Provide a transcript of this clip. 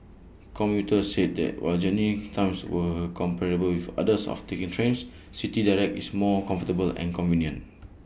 commuters said that while journey times were comparable with those of taking trains City Direct is more comfortable and convenient